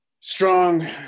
strong